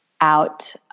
out